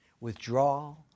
withdrawal